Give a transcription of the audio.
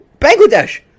Bangladesh